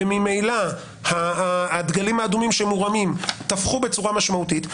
וממילא הדגלים האדומים שמורמים תפחו בצורה משמעותית,